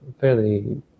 fairly